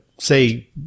Say